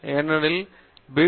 ஏனெனில் நாங்கள் பி